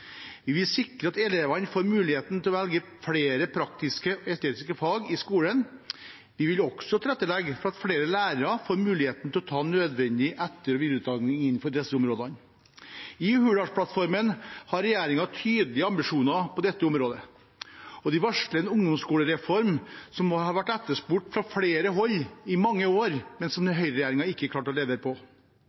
Vi vil sikre at elevene får muligheten til å velge flere praktiske og estetiske fag i skolen. Vi vil også tilrettelegge for at flere lærere får muligheten til å ta nødvendig etter- og videreutdanning innenfor disse områdene. I Hurdalsplattformen har regjeringen tydelige ambisjoner på dette området, og de varsler en ungdomsskolereform som har vært etterspurt fra flere hold i mange år, men som høyreregjeringen ikke klarte å levere på.